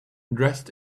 dressed